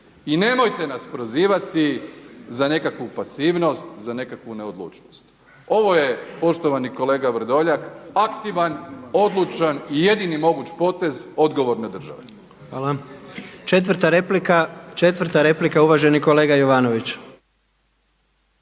I nemojte nas prozivati za nekakvu pasivnost, za nekakvu neodlučnost. Ovo je poštovani kolega Vrdoljak aktivan, odlučan i jedini moguć potez odgovorne države. **Jandroković, Gordan (HDZ)** Hvala.